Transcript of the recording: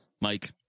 Mike